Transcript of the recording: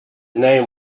name